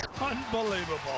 Unbelievable